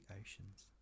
oceans